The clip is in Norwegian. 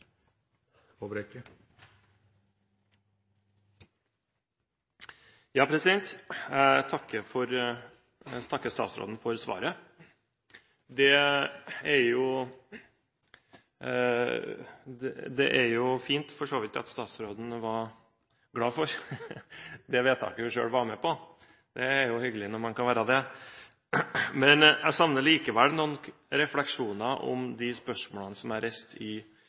for så vidt fint at statsråden var glad for det vedtaket hun selv var med på – det er hyggelig når man kan være det – men jeg savner likevel noen refleksjoner omkring de spørsmålene jeg reiste i mitt innlegg. Når statsråden er så glad for, og bruker så store ord om, det vedtaket som er